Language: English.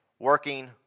working